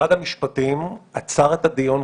משרד המשפטים עצר את הדיון,